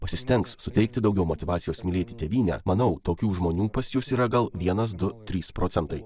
pasistengs suteikti daugiau motyvacijos mylėti tėvynę manau tokių žmonių pas jus yra gal vienas du trys procentai